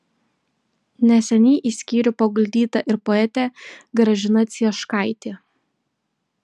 neseniai į skyrių paguldyta ir poetė gražina cieškaitė